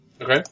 Okay